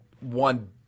one